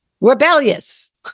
Rebellious